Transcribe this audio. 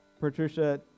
patricia